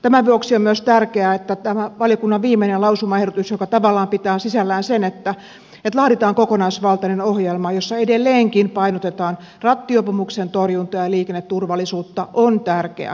tämän vuoksi on myös tärkeää että valiokunnan viimeinen lausumaehdotus joka tavallaan pitää sisällään sen että laaditaan kokonaisvaltainen ohjelma jossa edelleenkin painotetaan rattijuopumuksien torjuntaa ja liikenneturvallisuutta on tärkeä